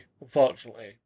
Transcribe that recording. unfortunately